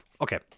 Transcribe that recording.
Okay